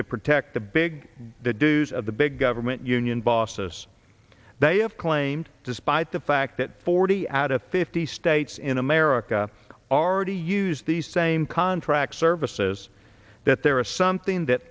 to protect the big dues of the big government union bosses they have claimed despite the fact that forty out of fifty states in in america are already used the same contract services that there is something that